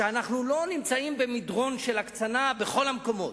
שאנחנו לא נמצאים במדרון של הקצנה בכל המקומות,